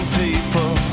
people